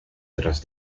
tras